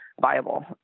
viable